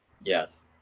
Yes